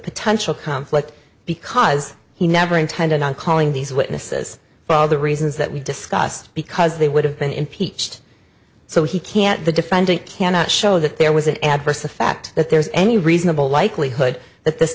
potential conflict because he never intended on calling these witnesses for all the reasons that we discussed because they would have been impeached so he can't the defendant cannot show that there was an adverse effect that there's any reasonable likelihood that this